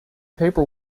paper